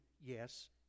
yes